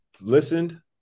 listened